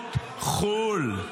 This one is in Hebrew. לעיתונות חו"ל.